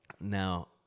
now